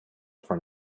for